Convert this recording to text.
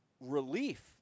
relief